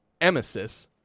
emesis